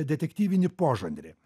detektyvinį požanrį